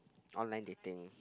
online dating